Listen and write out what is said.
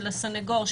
של הסנגור,